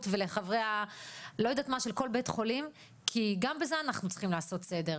של כל בית חולים - כי גם בזה אנחנו צריכים לעשות סדר.